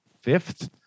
fifth